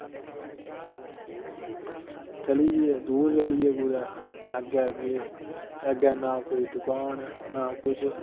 चली गे दूर चली गे कुदै अग्गें गए अग्गें ना कुदै कोई दुकान ना कुछ